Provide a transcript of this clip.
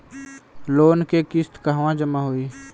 Loan के किस्त कहवा जामा होयी?